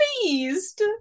pleased